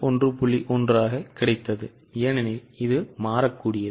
1 ஆக கிடைத்தது ஏனெனில் இது மாறக்கூடியது